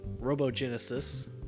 Robogenesis